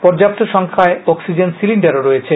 পর্যাপ্ত সংখ্যায় অক্সিজেন সিলিন্ডারও থাকছে